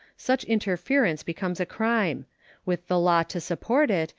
such interference becomes a crime with the law to support it,